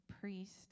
priest